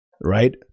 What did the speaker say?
right